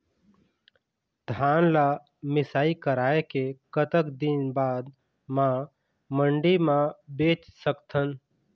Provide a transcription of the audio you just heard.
धान ला मिसाई कराए के कतक दिन बाद मा मंडी मा बेच सकथन?